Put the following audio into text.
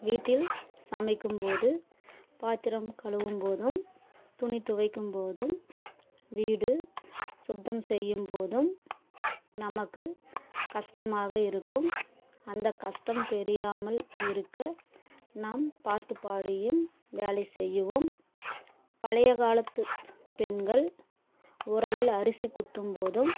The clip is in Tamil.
வீட்டில் சமைக்கும் போது பாத்திரம் கழுவும் போதும் துணி துவைக்கும் போதும் வீடு சுத்தம் செய்யும் போதும் நமக்கு கஷ்டமாக இருக்கும் அந்த கஷ்டம் தெரியாமல் இருக்க நம் பாட்டுப்பாடியும் வேலை செய்யவும் பழைய காலத்து பெண்கள் உரலில் அரிசி குத்தும் போதும்